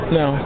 no